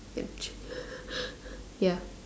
ya